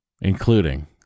including